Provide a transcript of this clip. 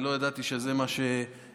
אני לא ידעתי שזה מה שנאמר,